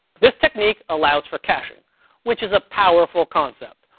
this technique allows for caching which is a powerful concept.